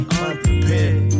unprepared